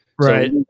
Right